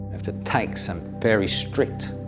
have to take some very strict